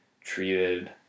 treated